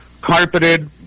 carpeted